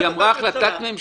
עודד, היא אמרה החלטת ממשלה.